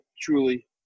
truly